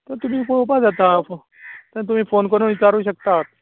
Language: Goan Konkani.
तुमी पळोवपा जाता तें तुमी फोन करून विचारूंक शकतात